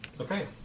Okay